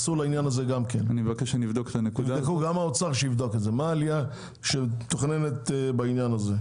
שגם האוצר יבדוק מה העליה המתוכננת בעניין הזה,